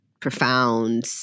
profound